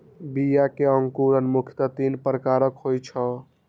बीया मे अंकुरण मुख्यतः तीन प्रकारक होइ छै